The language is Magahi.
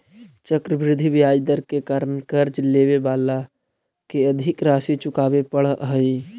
चक्रवृद्धि ब्याज दर के कारण कर्ज लेवे वाला के अधिक राशि चुकावे पड़ऽ हई